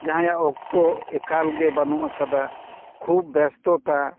ᱡᱟᱦᱟᱸᱭᱟᱜ ᱚᱠᱛᱚ ᱮᱠᱟᱞ ᱜᱮ ᱵᱟᱹᱱᱩᱜ ᱟᱠᱟᱫᱟ ᱠᱷᱩᱵ ᱵᱮᱥᱛᱚ ᱛᱟ